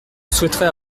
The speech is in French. souhaiterais